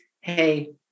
hey